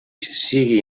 sigui